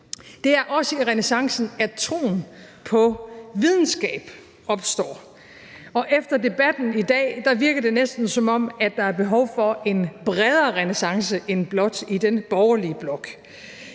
Det er også i renæssancen, at troen på videnskab opstår, og efter debatten i dag virker det næsten, som om der er behov for en bredere renæssance end blot i den borgerlige blok.